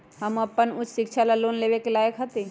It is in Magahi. हम अपन उच्च शिक्षा ला लोन लेवे के लायक हती?